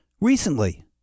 recently